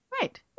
Right